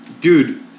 Dude